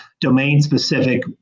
domain-specific